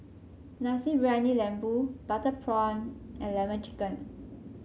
Nasi Briyani Lembu Butter Prawn and lemon chicken